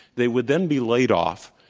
they would then be laid off.